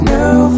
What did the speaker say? New